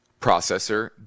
processor